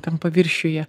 ten paviršiuje